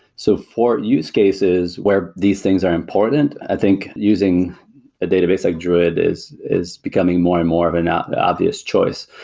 so for use cases where these things are important, i think using a database like druid is is becoming more and more of an ah obvious choice.